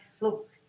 look